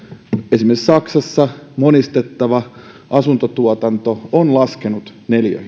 esimerkiksi saksassa monistettava asuntotuotanto on laskenut neliöhintoja